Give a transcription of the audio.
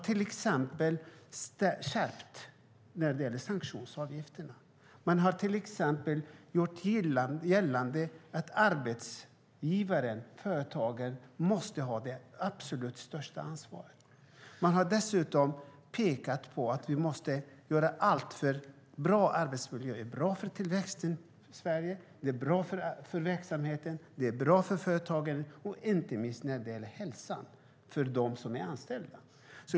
Till exempel har sanktionsavgifterna skärpts, och man har gjort klart att arbetsgivarna, företagen, har det absolut största ansvaret. Bra arbetsmiljö är bra för tillväxten i Sverige, för verksamheten, för företagaren och inte minst för hälsan hos de anställda.